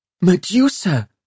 Medusa